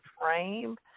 frame